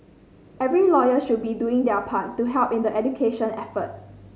every lawyer should be doing their part to help in the education effort